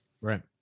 Right